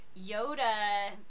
Yoda